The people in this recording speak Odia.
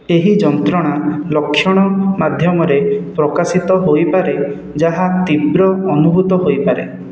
ଏହି ଯନ୍ତ୍ରଣା ଲକ୍ଷଣ ମାଧ୍ୟମରେ ପ୍ରକାଶିତ ହୋଇପାରେ ଯାହା ତୀବ୍ର ଅନୁଭୂତ ହୋଇପାରେ